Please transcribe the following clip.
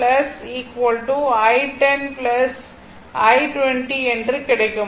L விண்ணப்பித்தால் i3 0 i10 i20 என்று கிடைக்கும்